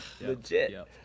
Legit